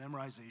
memorization